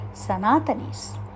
Sanatanis